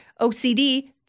OCD